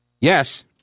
yes